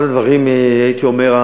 אחד הדברים המשמעותיים